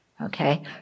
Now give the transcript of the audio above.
Okay